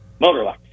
MotorLux